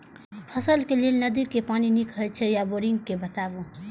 फसलक लेल नदी के पानी नीक हे छै या बोरिंग के बताऊ?